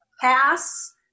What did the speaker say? pass